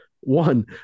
one